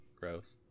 gross